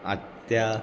आत्या